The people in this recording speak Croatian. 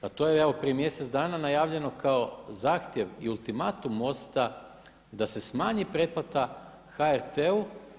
Pa to je evo prije mjesec dana najavljeno kao zahtjev i ultimatum MOST-a da se smanji pretplata HRT-u.